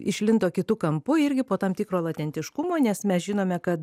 išlindo kitu kampu irgi po tam tikro latentiškumo nes mes žinome kad